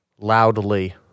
loudly